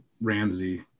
ramsey